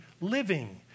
living